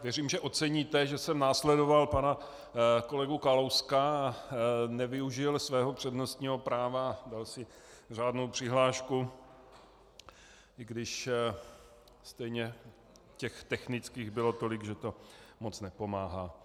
Věřím, že oceníte, že jsem následoval pana kolegu Kalouska a nevyužil svého přednostního práva a dal si řádnou přihlášku, i když stejně technických bylo tolik, že to moc nepomáhá.